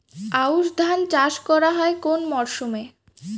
আউশ ধান চাষ করা হয় কোন মরশুমে?